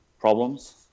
problems